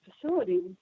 facilities